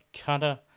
cutter